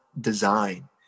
design